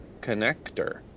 connector